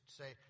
say